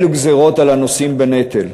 אלו גזירות על הנושאים בנטל,